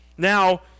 Now